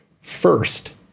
First